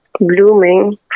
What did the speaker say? blooming